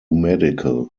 medical